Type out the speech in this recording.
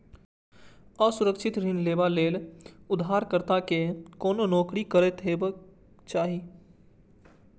असुरक्षित ऋण लेबा लेल उधारकर्ता कें कोनो नौकरी करैत हेबाक चाही